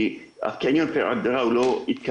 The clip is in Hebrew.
כי הקניון פר הגדרה הוא לא התקהלות.